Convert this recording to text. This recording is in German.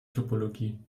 topologie